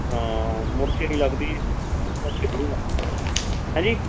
ਹਾਂ ਮੁੜ ਕੇ ਨਹੀਂ ਲੱਗਦੀ ਹੈਂਜੀ